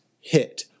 hit